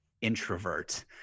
introvert